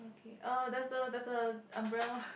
okay uh there's the there's a umbrella